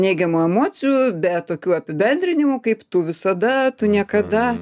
neigiamų emocijų be tokių apibendrinimų kaip tu visada tu niekada